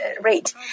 rate